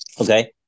Okay